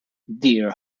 deer